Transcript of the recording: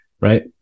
right